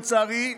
לצערי,